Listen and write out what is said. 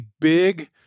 big